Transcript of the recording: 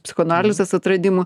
psichoanalizės atradimų